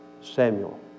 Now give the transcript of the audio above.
Samuel